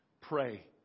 Pray